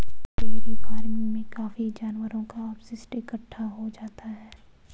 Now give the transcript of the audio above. dairy farming में काफी जानवरों का अपशिष्ट इकट्ठा हो जाता है